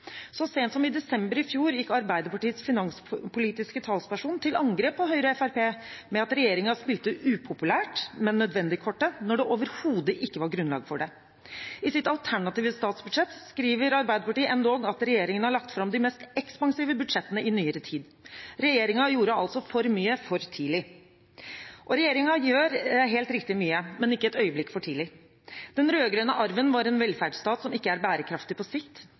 Så sent som i desember i fjor gikk Arbeiderpartiets finanspolitiske talsperson til angrep på Høyre og Fremskrittspartiet med at regjeringen spilte «upopulært, men nødvendig»-kortet når det «overhodet ikke var grunnlag for det». I sitt alternative statsbudsjett for 2015 skriver Arbeiderpartiet endog at regjeringen har lagt fram de mest ekspansive budsjettene i nyere tid. Regjeringen gjorde altså for mye, for tidlig. Og regjeringen gjør helt riktig mye, men ikke et øyeblikk for tidlig. Den rød-grønne arven var en velferdsstat som ikke er bærekraftig på sikt.